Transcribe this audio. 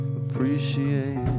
appreciate